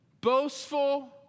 boastful